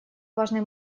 важный